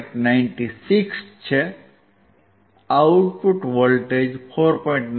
96 છે output voltage 4